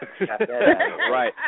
Right